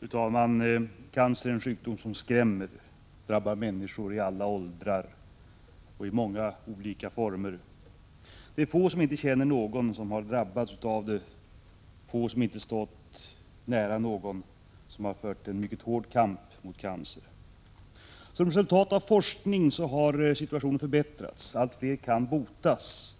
Fru talman! Cancer är en sjukdom som skrämmer. Den drabbar människor i alla åldrar och i många olika former. Det är få som inte känner någon som har drabbats av den, få som inte stått nära någon som har fört en mycket hård kamp mot cancer. Som resultat av forskning har situationen förbättrats. Allt fler kan botas,